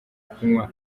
kunywa